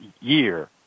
year